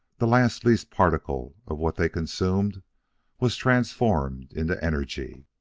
the last least particle of what they consumed was transformed into energy.